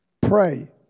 Pray